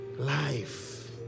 Life